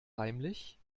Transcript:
heimlich